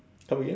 come again